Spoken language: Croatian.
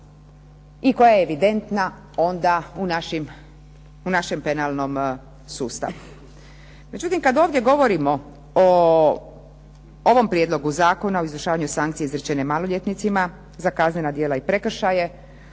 i koja je evidentna onda u našem penalnom sustavu. Međutim, kada ovdje govorimo o ovom Prijedlogu zakona o izvršavanju sankcije izrečene maloljetnicima za kaznena djela i prekršaje,